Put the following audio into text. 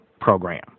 program